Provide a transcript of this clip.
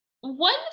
One